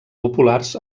populars